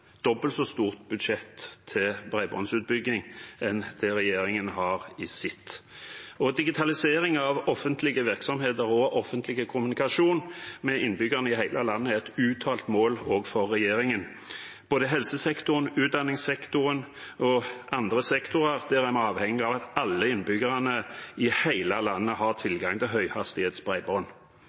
dobbelt så stort budsjett til bredbåndsutbygging som regjeringen har i sitt, og digitalisering av offentlige virksomheter og offentlig kommunikasjon med innbyggerne i hele landet er et uttalt mål også for regjeringen, både i helsesektoren, utdanningssektoren og i andre sektorer der en er avhengig av at alle innbyggerne i hele landet har tilgang til